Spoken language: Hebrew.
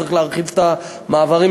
צריך להרחיב את המעברים,